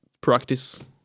practice